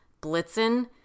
Blitzen